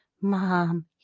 mom